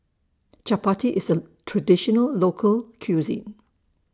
Chapati IS A Traditional Local Cuisine